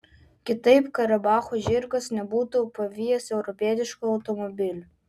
kitaip karabacho žirgas nebūtų pavijęs europietiško automobilio